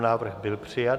Návrh byl přijat.